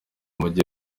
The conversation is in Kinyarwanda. mujyi